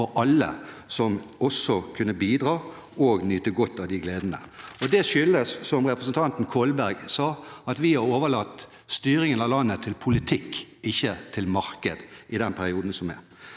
for alle, som også kunne bidra og nyte godt av de gledene. Og det skyldes, som representanten Kolberg sa, at vi har overlatt styringen av landet til politikk – og ikke til marked – i denne perioden.